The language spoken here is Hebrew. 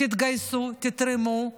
תתגייסו, תתרמו,